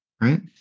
right